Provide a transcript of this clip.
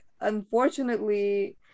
unfortunately